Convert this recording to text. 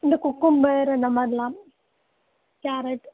இந்த குக்கும்பர் இந்த மாதிரிலாம் கேரட்